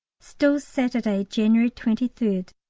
still saturday, january twenty third.